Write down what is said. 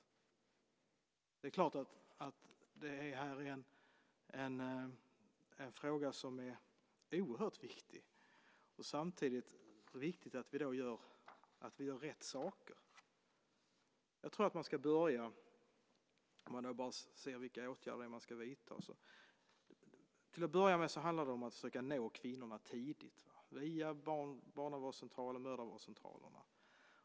Det är klart att det är en fråga som är oerhört viktig. Samtidigt är det viktigt att vi gör rätt saker. Jag tror att man ska börja, när det handlar om vilka åtgärder man ska vidta, med att försöka nå kvinnorna tidigt, via barnavårdscentralerna och mödravårdscentralerna.